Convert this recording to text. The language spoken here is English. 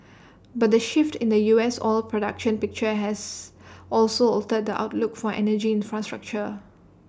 but the shift in the U S oil production picture has also altered the outlook for energy infrastructure